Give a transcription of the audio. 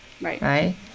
Right